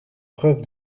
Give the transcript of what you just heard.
preuve